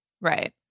right